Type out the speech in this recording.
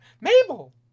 Mabel